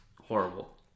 horrible